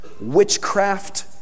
Witchcraft